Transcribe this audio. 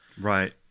Right